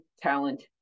talent